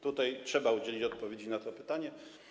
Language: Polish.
Trzeba udzielić odpowiedzi na to pytanie.